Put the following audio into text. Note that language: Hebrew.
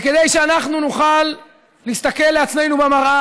וכדי שאנחנו נוכל להסתכל על עצמנו במראה